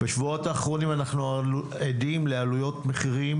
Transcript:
בשבועות האחרונים אנחנו עדים לעליות מחירים